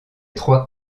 trois